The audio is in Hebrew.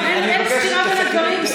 אין סתירה בין הדברים.